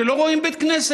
כאלה שלא רואים בית כנסת.